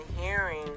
hearing